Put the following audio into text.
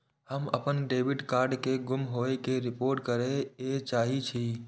हम अपन debit card के गुम होय के रिपोर्ट करे के चाहि छी